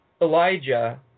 elijah